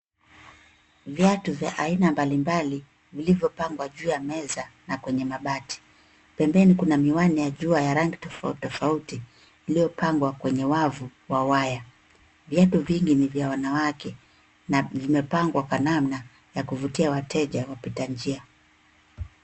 Viatu vya aina mbalimbali vilivyopangwa juu ya meza na kwenye mabati. Pembeni kuna miwani ya jua ya rangi tofautitofauti iliyopangwa kwenye wavu wa waya. Viendo vingi ni vya wanawake na vimepangwa kwa namna ya kuvutia wateja wapitanjia.